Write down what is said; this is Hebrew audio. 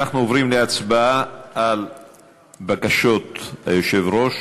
אנחנו עוברים להצבעה על בקשות היושב-ראש,